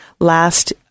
last